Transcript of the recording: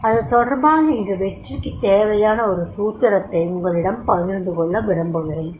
அது தொடர்பாக இங்கு வெற்றிக்குத் தேவையான ஒரு சூத்திரத்தை உங்களிடம் பகிர்ந்துகொள்ள விரும்புகிறேன்